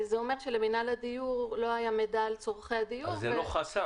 זה אומר שלמינהל הדיור לא היה מידע על צרכי הדיור --- אז זה לא חסם.